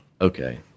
okay